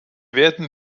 werden